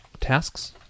tasks